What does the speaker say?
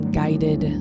guided